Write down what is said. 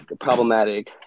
problematic